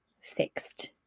fixed